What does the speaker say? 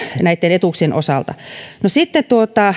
etuuksien osalta sitten